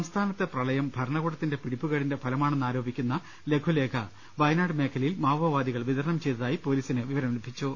സംസ്ഥാനത്തെ പ്രളയം ഭരണകൂടത്തിന്റെ പിടിപ്പുകേടിന്റെ ഫലമാണെന്നാരോപി ക്കുന്ന ലഘുലേഖ വയനാട് മേഖലയിൽ മാവോവാദികൾ വിതരണം ചെയ്തതായി പൊലീസിന് വിവരം ലഭിച്ചു